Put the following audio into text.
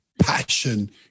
passion